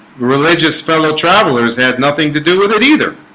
religious fellow travelers had nothing to do with it either